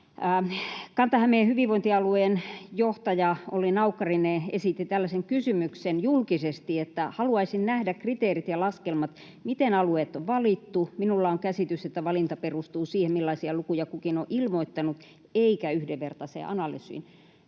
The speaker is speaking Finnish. Kanta-Hämeen hyvinvointialueen johtaja Olli Naukkarinen esitti julkisesti tällaisen kysymyksen: ”Haluaisin nähdä kriteerit ja laskelmat, miten alueet on valittu. Minulla on käsitys, että valinta perustuu siihen, millaisia lukuja kukin on ilmoittanut, eikä yhdenvertaiseen analyysiin.”